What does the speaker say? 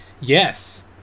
Yes